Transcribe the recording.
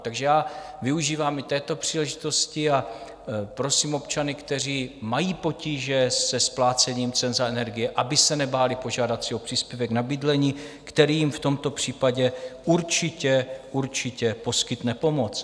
Takže já využívám i této příležitosti a prosím občany, kteří mají potíže se splácením cen za energie, aby se nebáli požádat si o příspěvek na bydlení, který jim v tomto případě určitě poskytne pomoc.